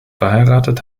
verheiratet